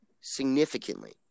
Significantly